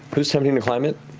who's attempting to climb it?